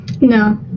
No